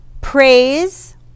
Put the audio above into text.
praise